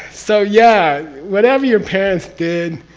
so yeah, whatever your parents did,